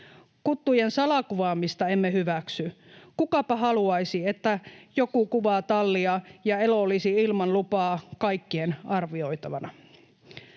Kuttujen salakuvaamista emme hyväksy. Kukapa haluaisi, että joku kuvaa tallia ja elo olisi ilman lupaa kaikkien arvioitavana.